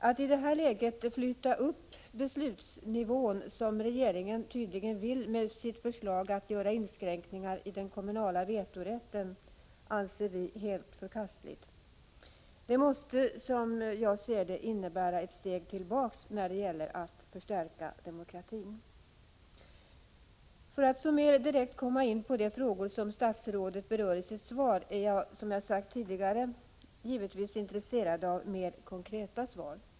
Att i det här läget flytta upp beslutsnivån, som regeringen tydligen vill med sitt förslag att göra inskränkningar i den kommunala vetorätten, anser vi helt förkastligt. Det måste som jag ser det innebära ett steg tillbaka när det gäller att förstärka demokratin. För att så mer direkt komma in på de frågor som statsrådet berör i sitt svar vill jag säga att jag som jag sagt tidigare är intresserad av mer konkreta svar.